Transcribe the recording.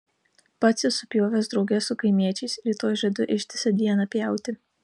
pats esu pjovęs drauge su kaimiečiais rytoj žadu ištisą dieną pjauti